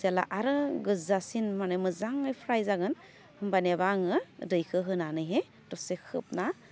जेला आरो गोजासिन माने मोजाङै फ्राय जागोन होमबानियाबा आङो दैखो होनानैहै दसे खोबना